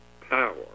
power